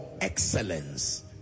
excellence